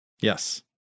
Yes